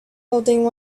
holding